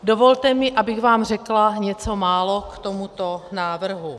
Dovolte mi, abych vám řekla něco málo k tomuto návrhu.